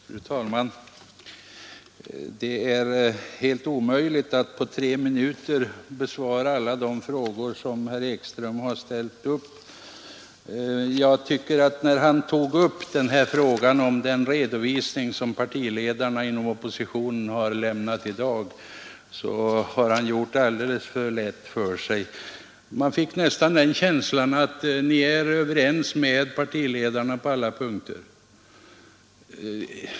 Fru talman! Det är helt omöjligt att på tre minuter besvara alla de frågor som herr Ekström har ställt. Jag tycker att när herr Ekström tagit upp frågan om den redovisning som partiledarna inom oppositionen har lämnat i dag, så har han gjort det alldeles för lätt för sig. Man fick nästan den känslan att ni är överens med partiledarna på alla punkter.